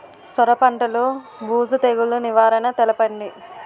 సొర పంటలో బూజు తెగులు నివారణ తెలపండి?